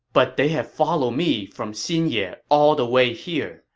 but they have followed me from xinye all the way here,